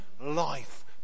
life